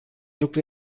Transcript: lucru